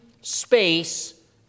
space